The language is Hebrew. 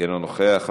אינו נוכח.